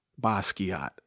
Basquiat